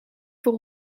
voor